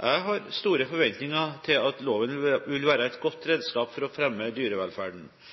Jeg har store forventninger til at loven vil være et godt redskap for å fremme dyrevelferden.